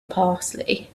parsley